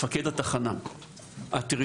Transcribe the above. ידבר מפקד התחנה הטריטוריאלית,